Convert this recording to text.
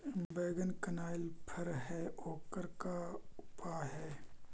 बैगन कनाइल फर है ओकर का उपाय है?